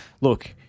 look